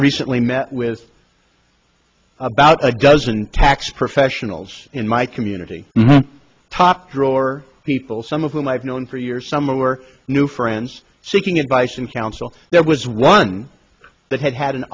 recently met with about a dozen tax professionals in my community top drawer people some of whom i've known for years some of our new friends seeking advice and counsel there was one that had had an